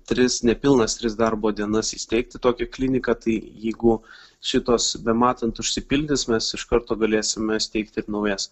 tris nepilnas tris darbo dienas įsteigti tokį kliniką tai jeigu šitos bematant užsipildys mes iš karto galėsime steigti ir naujas